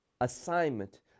assignment